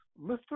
Mr